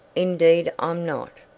indeed i'm not.